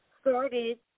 started